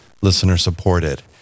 listener-supported